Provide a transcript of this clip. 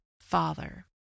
father